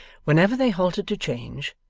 whenever they halted to change,